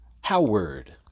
Howard